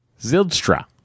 Zildstra